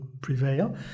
prevail